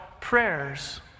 prayers